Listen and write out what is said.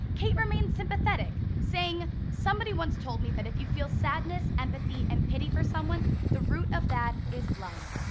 kate remained sympathetic saying somebody once told me that if you feel sadness, empathy, and pity for someone the root of that is love.